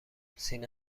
سینه